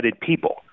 people